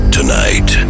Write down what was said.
Tonight